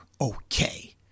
okay